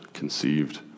conceived